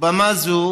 במה זו